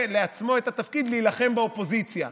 לעצמו את התפקיד להילחם באופוזיציה,